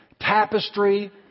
tapestry